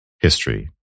history